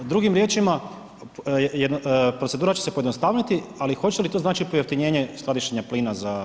Drugim riječima, procedura će se pojednostaviti, ali hoće li to značiti pojeftinjenje skladištenja plina za RH?